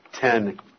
ten